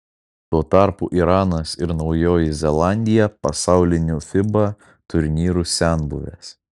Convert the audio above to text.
tuo tarpu iranas ir naujoji zelandija pasaulinių fiba turnyrų senbuvės